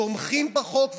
תומכים בחוק,